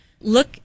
look